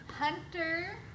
Hunter